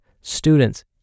students